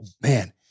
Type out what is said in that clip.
man-